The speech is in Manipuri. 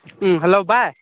ꯎꯝ ꯍꯜꯂꯣ ꯕꯥꯏ